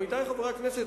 עמיתי חברי הכנסת,